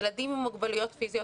ילדים עם מוגבלויות פיזיות